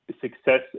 success